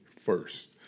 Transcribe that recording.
first